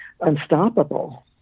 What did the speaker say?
unstoppable